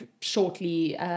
shortly